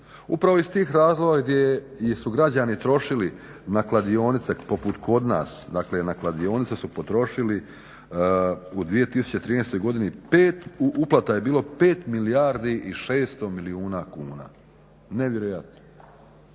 Upravo iz tih razloga gdje su građani trošili na kladionice poput kod nas, dakle na kladionice su potrošili u 2013. godini uplata je bilo 5 milijardi i 600 milijuna kuna. Nevjerojatno!